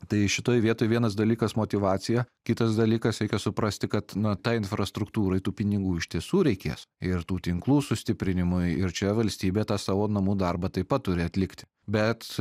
tai šitoj vietoj vienas dalykas motyvacija kitas dalykas reikia suprasti kad na tai infrastruktūrai tų pinigų iš tiesų reikės ir tų tinklų sustiprinimui ir čia valstybė tą savo namų darbą taip pat turi atlikt bet